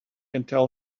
until